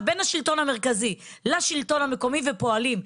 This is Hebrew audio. בין השלטון המרכזי לשלטון המקומי ופועלים.